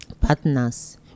partners